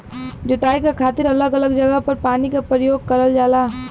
जोताई क खातिर अलग अलग जगह पर पानी क परयोग करल जाला